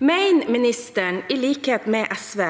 Mener statsråden, i likhet med SV,